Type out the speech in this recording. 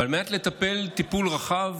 ועל מנת לטפל בה טיפול רחב